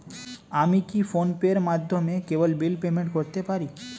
আমি কি ফোন পের মাধ্যমে কেবল বিল পেমেন্ট করতে পারি?